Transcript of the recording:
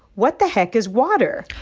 what the heck is water?